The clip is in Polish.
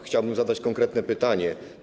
Chciałbym zadać konkretne pytania.